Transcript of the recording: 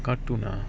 cartoon ah